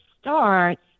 starts